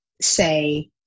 say